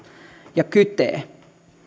ja kytee